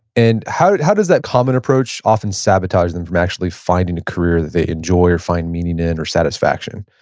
and how how does that common approach often sabotage them from actually finding a career that they enjoy or find meaning in or satisfaction?